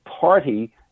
party